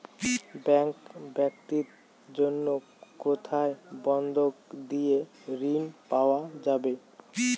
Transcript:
Bank ব্যাতীত অন্য কোথায় বন্ধক দিয়ে ঋন পাওয়া যাবে?